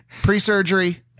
Pre-surgery